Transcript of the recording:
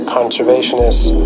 conservationists